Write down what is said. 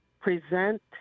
present